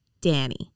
Danny